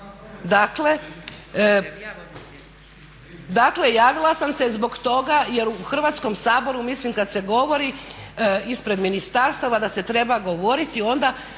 Dakle javila sam se zbog toga jer u Hrvatskom saboru mislim kada se govori ispred ministarstava da se treba govoriti onda